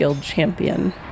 Champion